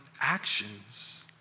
actions